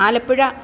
Alappuzha